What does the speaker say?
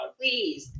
Please